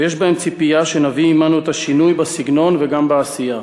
ויש בהם ציפייה שנביא עמנו את השינוי בסגנון וגם בעשייה.